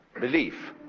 belief